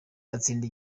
atsinda